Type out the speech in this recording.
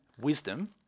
wisdom